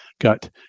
got